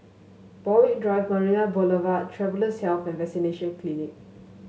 Borthwick Drive Marina Boulevard Travellers' Health and Vaccination Clinic